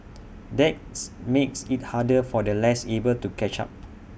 that's makes IT harder for the less able to catch up